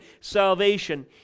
salvation